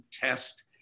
test